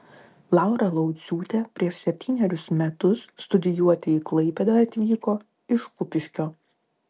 laura lauciūtė prieš septynerius metus studijuoti į klaipėdą atvyko iš kupiškio